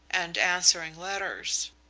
and answering letters.